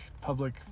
public